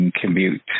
Commute